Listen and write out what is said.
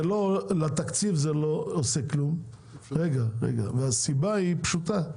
לתקציב זה לא עושה כלום, והסיבה היא פשוטה: